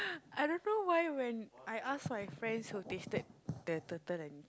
I don't know why when I ask my friends who tasted the turtle and